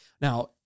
Now